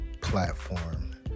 platform